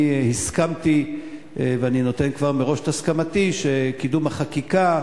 אני הסכמתי ואני נותן כבר מראש את הסכמתי שקידום החקיקה,